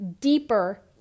deeper